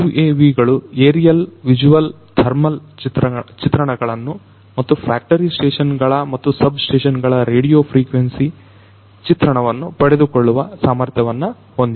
UAVಗಳು aerial visual thermal ಚಿತ್ರಣಗಳನ್ನು ಮತ್ತು ಫ್ಯಾಕ್ಟರಿ ಸ್ಟೇಷನ್ ಗಳ ಮತ್ತು ಸಬ್ ಸ್ಟೇಷನ್ ಗಳ ರೇಡಿಯೋ ಫ್ರಿಕ್ವೆನ್ಸಿ ಚಿತ್ರಣವನ್ನು ಪಡೆದುಕೊಳ್ಳುವ ಸಾಮರ್ಥ್ಯವನ್ನು ಹೊಂದಿವೆ